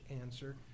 answer